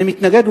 אני מתנגד,